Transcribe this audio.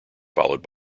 followed